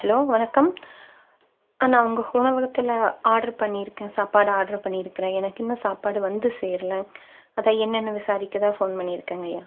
hello வணக்கம் அண்ணா உங்கள் உணவகத்தில் ஆடரு பண்ணி இருக்கேன் சாப்பாடு ஆடரு பண்ணியிருக்கேன் எனக்கு இன்னும் சாப்பாடு வந்து சேரலை அதை என்னனு விசாரிக்கதான் ஃபோன் பண்ணியிருக்கேங்கய்யா